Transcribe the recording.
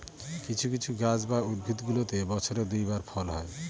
কিছু কিছু গাছ বা উদ্ভিদগুলোতে বছরে দুই বার ফল হয়